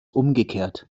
umgekehrt